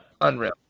Unreal